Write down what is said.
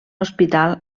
hospital